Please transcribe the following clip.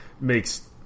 makes